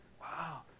Wow